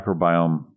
microbiome